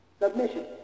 Submission